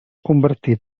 convertit